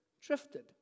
drifted